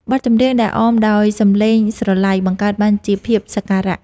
បទចម្រៀងដែលអមដោយសំឡេងស្រឡៃ បង្កើតបានជាភាពសក្ការៈ។